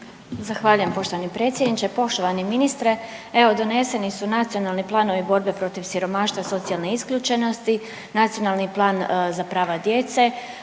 Zahvaljujem poštovani predsjedniče. Poštovani ministre, evo doneseni su nacionalni planovi borbe protiv siromaštva i socijalne isključenosti, Nacionalni plan za prava djece,